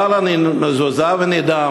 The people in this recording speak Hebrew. אבל אני מזועזע ונדהם.